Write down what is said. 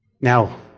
Now